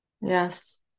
Yes